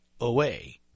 away